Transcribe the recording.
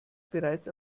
bereits